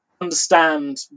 understand